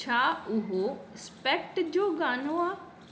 छा उहो स्पेक्ट जो गानो आहे